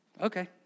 Okay